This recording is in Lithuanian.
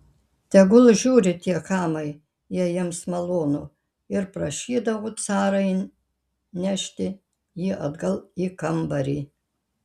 tegul žiūri tie chamai jei jiems malonu ir prašydavo carą nešti jį atgal į kambarį